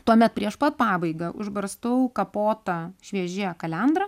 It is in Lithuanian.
tuomet prieš pat pabaigą užbarstau kapotą šviežią kalendrą